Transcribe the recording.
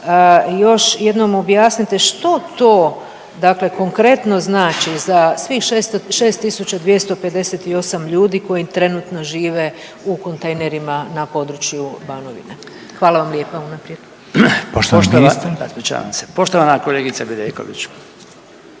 još jednom objasnite što to dakle konkretno znači za svih 6.258 ljudi koji trenutno žive u kontejnerima na području Banovine. Hvala vam lijepa unaprijed. **Reiner, Željko